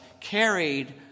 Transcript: carried